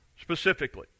specifically